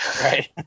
right